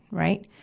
right.